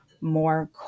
more